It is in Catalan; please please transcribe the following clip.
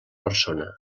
persona